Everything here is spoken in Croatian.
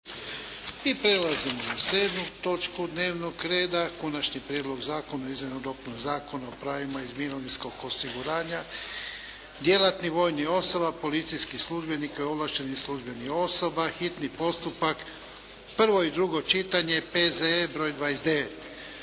I prelazimo na 7. točku dnevnog reda - Konačni prijedlog Zakona o izmjenama i dopuni Zakona o pravima iz mirovinskog osiguranja djelatnih vojnih osoba, policijskih službenika i ovlaštenih službenih osoba, hitni postupak, prvo i drugo čitanje, P.Z.E. br. 29